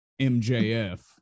MJF